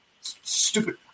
Stupid